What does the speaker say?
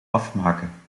afmaken